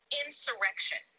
insurrection